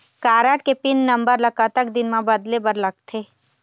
Card के pin number ला कतक दिन म बदले बर लगथे?